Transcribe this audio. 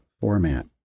format